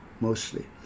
mostly